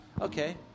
Okay